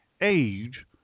age